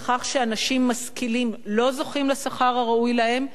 לכך שאנשים משכילים לא זוכים לשכר הראוי להם,